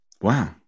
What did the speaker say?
Wow